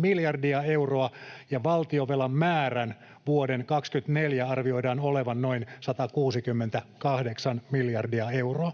miljardia euroa, ja valtionvelan määrän vuoden 24 lopussa arvioidaan olevan noin 168 miljardia euroa.